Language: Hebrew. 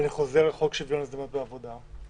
ואני חוזר לחוק שוויון הזדמנויות בעבודה.